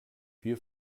wir